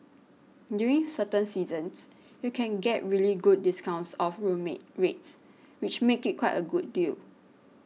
during certain seasons you can get really good discounts off room rates which make it quite a good deal